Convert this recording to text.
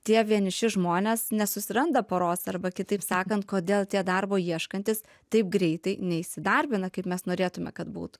tie vieniši žmonės nesusiranda poros arba kitaip sakant kodėl tie darbo ieškantys taip greitai neįsidarbina kaip mes norėtume kad būtų